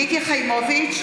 מיקי חיימוביץ'